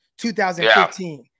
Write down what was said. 2015